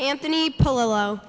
anthony polo